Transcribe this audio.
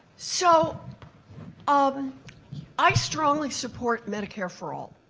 so um i strongly support medicare for all.